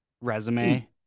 resume